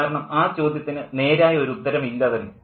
കാരണം ആ ചോദ്യത്തിന് നേരായ ഒരു ഉത്തരമില്ല തന്നെ